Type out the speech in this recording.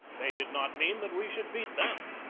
they did not mean that we should beat them.